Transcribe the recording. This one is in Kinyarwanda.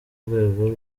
rwego